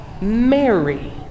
Mary